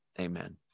Amen